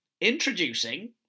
introducing